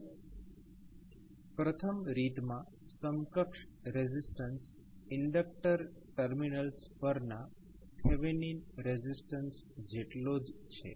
હવે પ્રથમ રીતમાં સમકક્ષ રેઝિસ્ટન્સ ઇન્ડકટર ટર્મિનલ્સ પરના થેવેનિન રેઝિસ્ટન્સ જેટલો જ છે